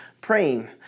praying